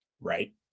Right